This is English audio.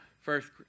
first